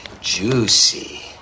juicy